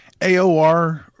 AOR